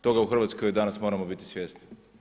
Toga u Hrvatskoj danas moramo biti svjesni.